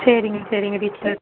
சரிங்க சரிங்க டீச்சர்